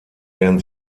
werden